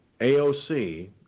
AOC